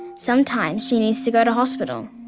sometimes she needs to go to hospital.